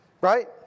Right